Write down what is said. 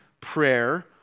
prayer